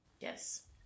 Yes